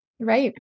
Right